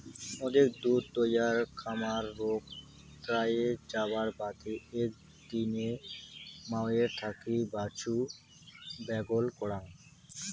অধিক দুধ তৈয়ার খামার রোগ এ্যারে যাবার বাদে একদিনে মাওয়ের থাকি বাছুরক ব্যাগল করাং